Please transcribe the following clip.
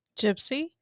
Gypsy